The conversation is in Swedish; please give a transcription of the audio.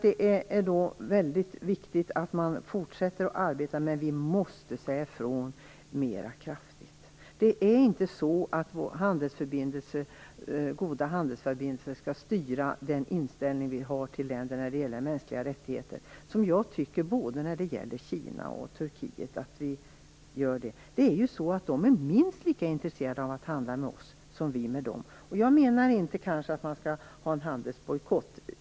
Det är väldigt viktigt att vi fortsätter arbetet, men vi måste säga ifrån mer kraftfullt. Goda handelsförbindelser skall inte få styra den inställning som vi har till länder när det gäller mänskliga rättigheter, som de gör både när det gäller Kina och Turkiet. De är ju minst lika intresserade av att handla med oss som vi är med dem. Jag menar inte att man skall införa en handelsbojkott.